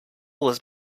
was